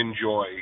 enjoy